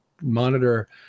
monitor